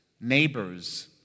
neighbors